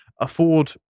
afford